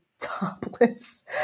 topless